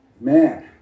Man